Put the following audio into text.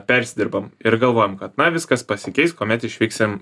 persidirbam ir galvojam kad na viskas pasikeis kuomet išvyksim